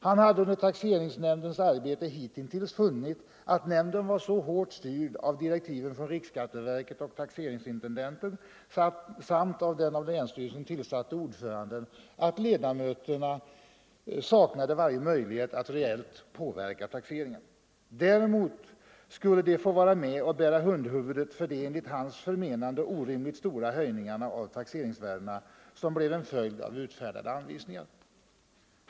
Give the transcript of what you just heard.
Han hade under taxeringsnämndens arbete hitintills funnit att nämnden var så hårt styrd av direktiven från riksskatteverket och taxeringsintendenten samt av den av länsstyrelsen tillsatta ordföranden att ledamöterna saknade varje möjlighet att reellt påverka taxeringen. Däremot skulle de få vara med och bära hundhuvudet för de enligt hans förmenande orimligt stora höjningarna av taxeringsvärdena som blev en följd av utfärdade anvisningar.